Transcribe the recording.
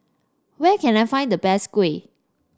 where can I find the best kuih